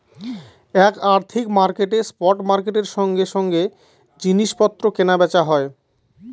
এক আর্থিক মার্কেটে স্পট মার্কেটের সঙ্গে সঙ্গে জিনিস পত্র কেনা বেচা হয়